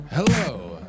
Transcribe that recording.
Hello